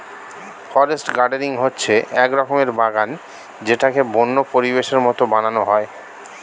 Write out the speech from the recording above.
forest gardening হচ্ছে এক রকমের বাগান যেটাকে বন্য পরিবেশের মতো বানানো হয়